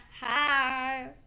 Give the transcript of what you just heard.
hi